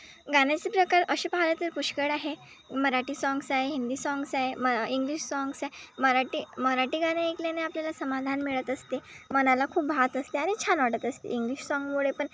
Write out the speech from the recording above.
गाण्याचे प्रकार असे पाहिले तर पुष्कळ आहे मराठी साँग्स आहे हिंदी साँग्स आहे मग इंग्लिश साँग्स आहे मराठी मराठी गाणे ऐकल्याने आपल्याला समाधान मिळत असते मनाला खूप भात असते आणि छान वाटत असते इंग्लिश साँगमुळे पण